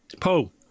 Paul